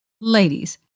Ladies